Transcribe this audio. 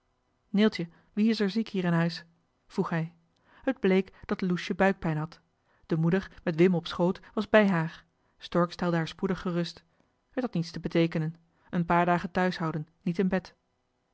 neeltje wie is er ziek hier in huis vroeg hij het bleek dat loesje buikpijn had de moeder met wim op schoot was bij haar stork stelde haar spoedig gerust het had niets te beteekenen een paar dagen thuis houden niet in bed